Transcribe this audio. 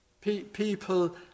people